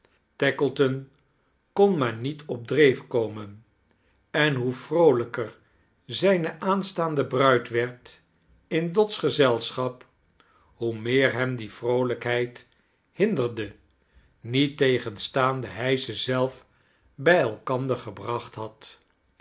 zrjn tackleton kon maar niet op dreef komen en hoe vroolijker zqne aanstaande bruid werd in dot's gezelschap hoe meer hem die vroolijkheid hinderde niettegenstaande h ze zelf bij elkander gebracht had